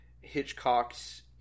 Hitchcock's